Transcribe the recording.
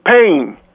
pain